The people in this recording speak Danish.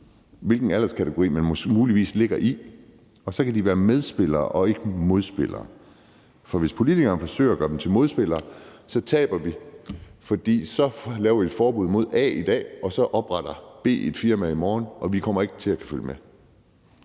hvilken alderskategori man muligvis ligger i. Hvis man gjorde det, kan de være medspillere og ikke modspillere. Hvis politikerne forsøger at gøre dem til modspillere, taber vi. Laver vi et forbud mod A i dag, opretter B et firma i morgen, og vi kommer ikke til at kunne følge med.